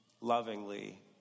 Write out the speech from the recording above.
lovingly